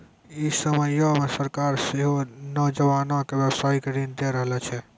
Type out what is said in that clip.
इ समयो मे सरकारें सेहो नौजवानो के व्यवसायिक ऋण दै रहलो छै